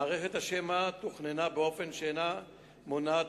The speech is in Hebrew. מערכת השמע תוכננה באופן שאינה מונעת